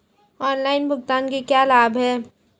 Online भुगतान के क्या लाभ हैं?